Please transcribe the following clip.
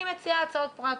אני מציעה הצעות פרקטיות.